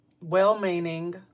well-meaning